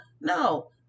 No